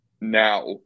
now